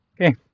okay